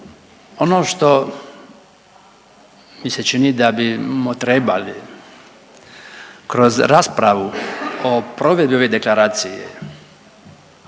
Ono što mi se čini da bismo trebali kroz raspravu o provedbi ove deklaracije